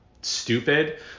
stupid